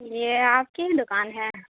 یہ آپ کی ہی دوکان ہے